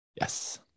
Yes